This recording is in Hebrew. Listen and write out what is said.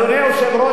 אדוני היושב-ראש,